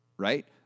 Right